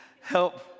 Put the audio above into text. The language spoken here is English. help